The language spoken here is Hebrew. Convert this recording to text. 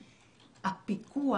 הפיקוח,